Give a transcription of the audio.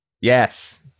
Yes